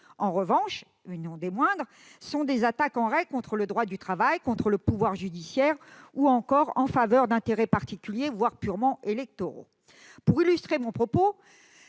en revanche, et non des moindres, sont des attaques en règle contre le droit du travail ou le pouvoir judiciaire, ou encore en faveur d'intérêts particuliers, voire purement électoraux. Pour illustrer mon propos,